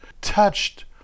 touched